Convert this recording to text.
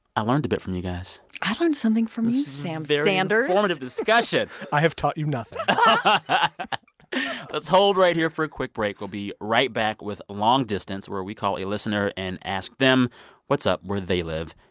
i learned a bit from you guys i learned something from you, sam sanders informative discussion i have taught you nothing but let's hold right here for a quick break. we'll be right back with long distance, where we call a listener and ask them what's up where they live.